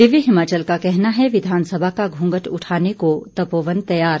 दिव्य हिमाचल का कहना है विधानसभा का घूंघट उठाने को तपोवन तैयार